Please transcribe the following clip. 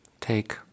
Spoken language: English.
Take